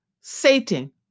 Satan